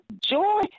joy